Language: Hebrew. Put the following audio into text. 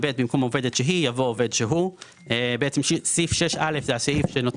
יבוא "עובד שהוא הורה לילד אחד או יותר בשנת